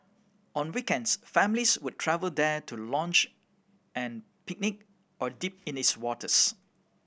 on weekends families would travel there to lounge and picnic or dip in its waters